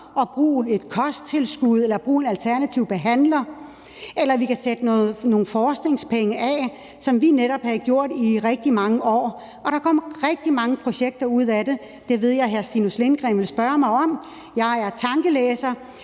og bruge et kosttilskud eller en alternativ behandler; eller at vi kan sætte nogle forskningspenge af. Det havde vi netop gjort i rigtig mange år, og der kom rigtig mange projekter ud af det – det ved jeg hr. Stinus Lindgreen vil spørge mig om; jeg er tankelæser